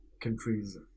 countries